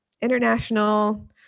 international